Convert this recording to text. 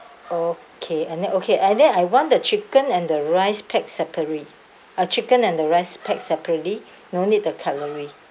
okay and then okay and then I want the chicken and the rice packed separately uh chicken and the rice packed separately no need the cutlery